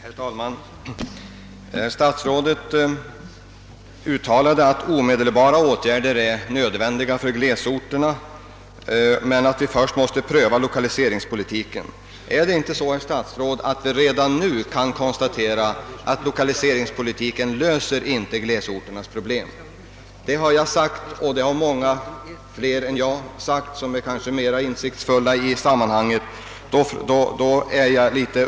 Herr talman! Statsrådet sade att omedelbara åtgärder är nödvändiga i glesorterna men att lokaliseringspolitiken först måste prövas. Kan vi inte redan nu konstatera att lokaliseringspolitiken inte löser glesorternas problem? Jag, och många andra som kanske är mer insiktsfulla i detta sammanhang, har framhållit detta.